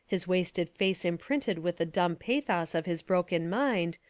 his wasted face imprinted with the dumb pathos of his broken mind,